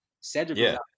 Cedric